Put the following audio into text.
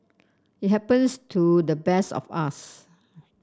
it happens to the best of us